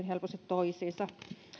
helposti toisiinsa